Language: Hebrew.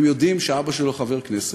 הם יודעים שאבא שלו חבר כנסת,